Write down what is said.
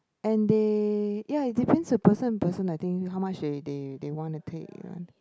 and they ya it depends to person to person I think how much they they they wanna take ya